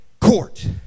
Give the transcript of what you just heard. court